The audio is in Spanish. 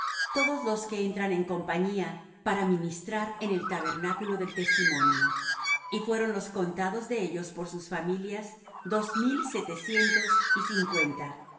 todos los que entran en compañía para ministrar en el tabernáculo del testimonio y fueron los contados de ellos por sus familias dos mil setecientos y cincuenta